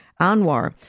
Anwar